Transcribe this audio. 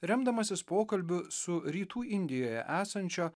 remdamasis pokalbiu su rytų indijoje esančio